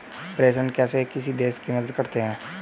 प्रेषण कैसे किसी देश की मदद करते हैं?